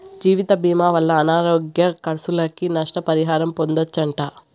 జీవితభీమా వల్ల అనారోగ్య కర్సులకి, నష్ట పరిహారం పొందచ్చట